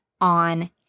on